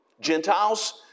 Gentiles